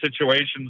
situations